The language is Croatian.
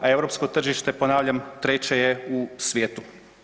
A europsko tržište ponavljam treće je u svijetu.